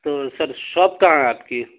تو sir shop کہاں ہے آپ کی